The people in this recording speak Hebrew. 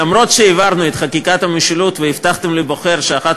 אף שהעברנו את חקיקת המשילות והבטחתם לבוחר שאחת